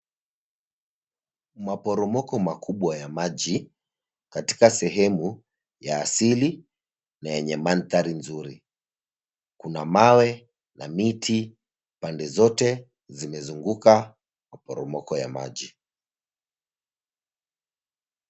Maporomoko makubwa ya maji, katika sehemu, ya asili na yenye manthari nzuri. Kuna mawe na miti, pande zote, zimezunguka maporomoko ya maji.